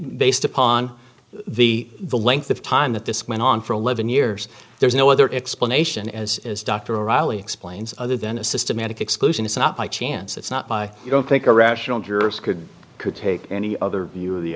based upon the the length of time that this went on for eleven years there is no other explanation as dr o'reilly explains other than a systematic exclusion it's not by chance it's not by i don't think a rational jurors could could take any other view of the